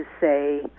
say